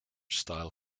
style